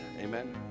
Amen